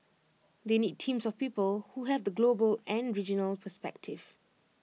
they need teams of people who have the global and regional perspective